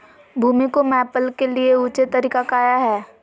भूमि को मैपल के लिए ऊंचे तरीका काया है?